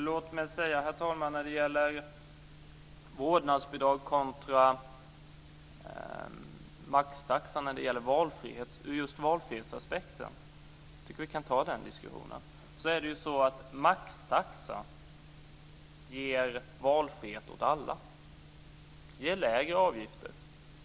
Herr talman! Vi kan ta diskussionen om vårdnadsbidrag kontra maxtaxa ur en valfrihetsaspekt. Maxtaxa ger valfrihet åt alla. Den ger lägre avgifter.